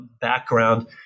background